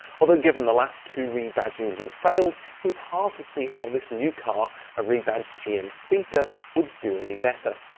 although given the last two rebadgings had failed, it was hard to see how this new car a rebadged gm theta would do any better.